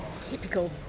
Typical